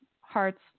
hearts